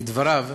לדבריו,